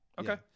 Okay